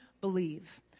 believe